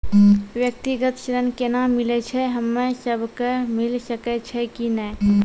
व्यक्तिगत ऋण केना मिलै छै, हम्मे सब कऽ मिल सकै छै कि नै?